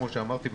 כמו שאמרתי,